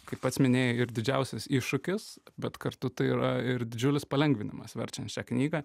kaip pats minėjai ir didžiausias iššūkis bet kartu tai yra ir didžiulis palengvinimas verčiant šią knygą